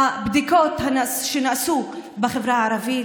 הבדיקות שנעשו בחברה הערבית,